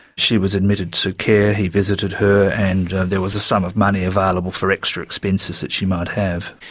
she was admitted to care, he visited her, and there was a sum of money available for extra expenses that she might have.